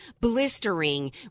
blistering